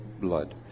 blood